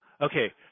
Okay